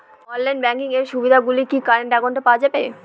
Online banking এর সুবিধে গুলি কি কারেন্ট অ্যাকাউন্টে পাওয়া যাবে?